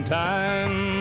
time